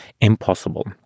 impossible